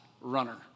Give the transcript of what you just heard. runner